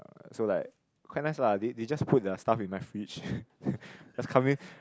uh so like quite nice lah they they just put their stuff in my fridge ppo just come in